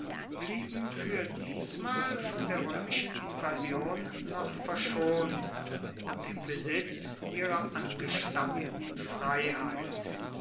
blieben für diesmal von der römischen invasion noch verschont und im besitz ihrer angestammten freiheit